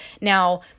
Now